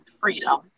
freedom